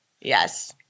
Yes